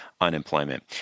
unemployment